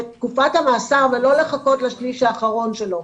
בתקופת המאסר ולא לחכות לשליש האחרון שלו.